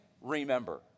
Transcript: remember